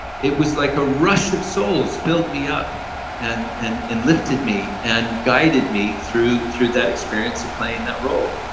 it was like a rush of souls filled me up and and and lifted me, and guided me through through that experience of playing that role